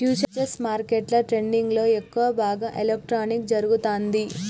futures మార్కెట్ల ట్రేడింగ్లో ఎక్కువ భాగం ఎలక్ట్రానిక్గా జరుగుతాంది